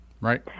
right